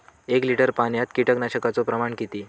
एक लिटर पाणयात कीटकनाशकाचो प्रमाण किती?